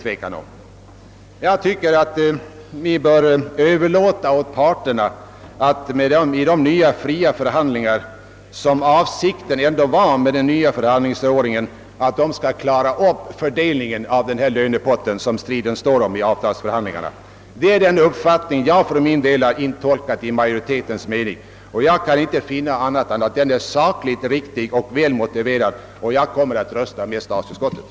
Vi bör överlåta åt parterna att vid de fria förhandlingar, som var avsikten med den nya förhandlingsordningen, klara upp fördelningen av den lönepott som föreligger vid avtalsförhandlingarna. Parterna har bättre insikt och kunskaper om läget och om vad som kan och bör göras. Det är den uppfattning jag för min del har funnit i majoritetens i statsutskottet mening, och jag kan inte finna annat än att den är sakligt riktig. Jag kommer därför att rösta med majoritetens förslag.